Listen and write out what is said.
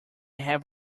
have